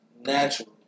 natural